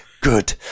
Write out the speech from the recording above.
good